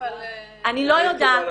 --- אני לא יודעת.